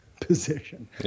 position